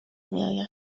میآید